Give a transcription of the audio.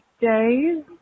days